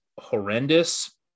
horrendous